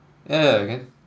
yeah yeah again